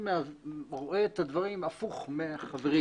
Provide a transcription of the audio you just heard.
אני רואה את הדברים הפוך מהחברים.